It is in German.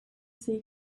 sie